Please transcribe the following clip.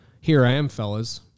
here-I-am-fellas